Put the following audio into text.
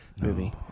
movie